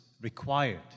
required